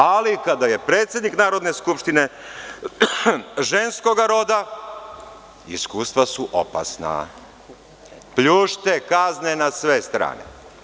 Ali, kada je predsednik Narodne skupštine ženskoga roda, iskustva su opasna, pljušte kazne na sve strane.